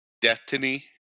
Destiny